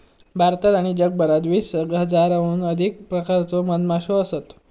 भारतात आणि जगभरात वीस हजाराहून अधिक प्रकारच्यो मधमाश्यो असत